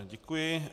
Děkuji.